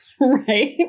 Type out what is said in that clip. right